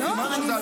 אין בעיה, שידברו.